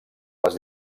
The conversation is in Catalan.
les